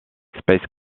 space